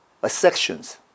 sections